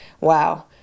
wow